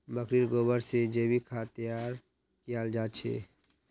बकरीर गोबर से जैविक खाद तैयार कियाल जा छे